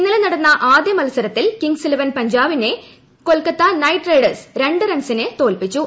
ഇന്നലെ നടന്ന ആദ്യ മത്സരത്തിൽ കിങ് സ് ഇലവൻ പഞ്ചാബിനെ കൊൽക്കത്ത നൈറ്റ് റൈഡേഴ്സ് രണ്ട് റൺസിന് തോൽപിച്ചു